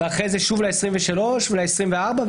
אחרי זה שוב לכנסת העשרים ושלוש ולעשרים וארבע,